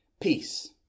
peace